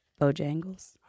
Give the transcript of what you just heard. Bojangles